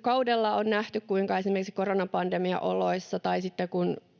kaudella on nähty esimerkiksi koronapandemian oloissa tai silloin, kun